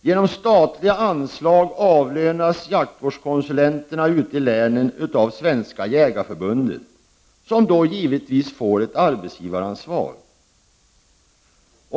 Genom statliga anslag avlönas jaktvårdskonsulenterna ute i länen av Svenska jägareförbundet, som då givetvis får ett arbetsgivaransvar.